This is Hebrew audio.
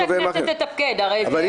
--- ולא